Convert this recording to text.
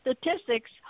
statistics